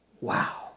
Wow